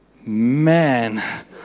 Man